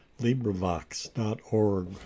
LibriVox.org